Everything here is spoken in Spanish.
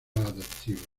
adoptiva